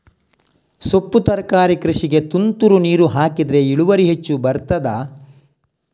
ಸೊಪ್ಪು ತರಕಾರಿ ಕೃಷಿಗೆ ತುಂತುರು ನೀರು ಹಾಕಿದ್ರೆ ಇಳುವರಿ ಹೆಚ್ಚು ಬರ್ತದ?